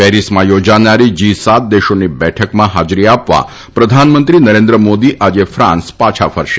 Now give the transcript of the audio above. પેરીસમાં યોજાનારી જી સાત દેશોની બેઠકમાં હાજરી આપવા પ્રધાનમંત્રી નરેન્દ્ર મોદી આજે ફાન્સ પાછા ફરશે